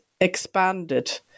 expanded